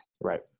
Right